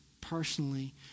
personally